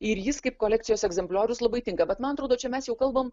ir jis kaip kolekcijos egzempliorius labai tinka bet man atrodo čia mes jau kalbam